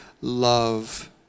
love